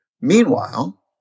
Meanwhile